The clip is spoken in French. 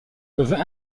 peuvent